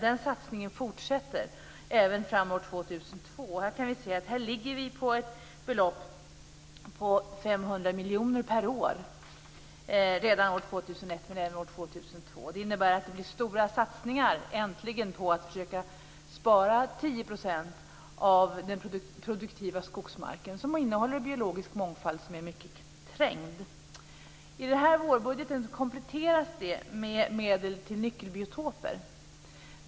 Den satsningen fortsätter även fram mot år 2002. Här kan vi se att vi ligger på ett belopp på 500 miljoner per år redan år 2001 men även år 2002. Det innebär att det äntligen blir stora satsningar på att försöka spara 10 % av den produktiva skogsmarken - som innehåller biologisk mångfald som är mycket trängd. I den här vårbudgeten kompletteras det med medel till nyckelbiotoper.